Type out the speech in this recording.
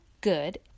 Good